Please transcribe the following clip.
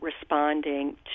responding